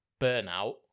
burnout